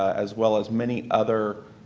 as well as many other